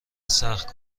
سخت